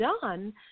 done